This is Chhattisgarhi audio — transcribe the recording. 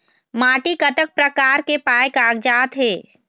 माटी कतक प्रकार के पाये कागजात हे?